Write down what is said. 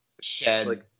shed